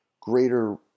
greater